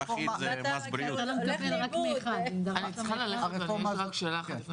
אני צריכה ללכת, יש לי רק שאלה אחת.